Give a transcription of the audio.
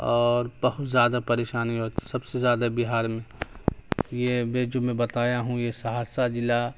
اور بہت زیادہ پریشانی ہوتی سب سے زیادہ بہار میں یہ یہ جو میں بتایا ہوں یہ سہرسہ ضلع